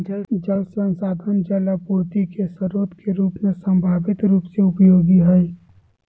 जल संसाधन जल आपूर्ति के स्रोत के रूप में संभावित रूप से उपयोगी हइ